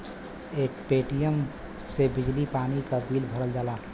Paytm से बिजली पानी क बिल भरल जाला